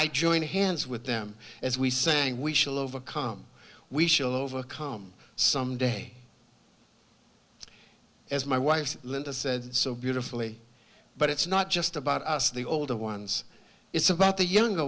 i joined hands with them as we sang we shall overcome we shall overcome someday as my wife linda said so beautifully but it's not just about us the older ones it's about the younger